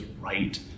right